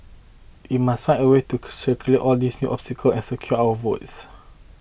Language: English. we must find a way to all these new obstacle and secure our votes